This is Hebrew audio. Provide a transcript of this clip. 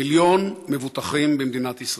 מיליון מבוטחים במדינת ישראל,